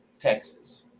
Texas